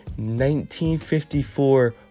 1954